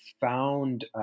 found